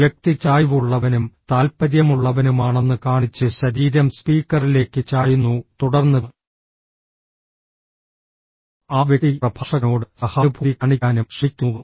വ്യക്തി ചായ്വുള്ളവനും താൽപ്പര്യമുള്ളവനുമാണെന്ന് കാണിച്ച് ശരീരം സ്പീക്കറിലേക്ക് ചായുന്നു തുടർന്ന് ആ വ്യക്തി പ്രഭാഷകനോട് സഹാനുഭൂതി കാണിക്കാനും ശ്രമിക്കുന്നു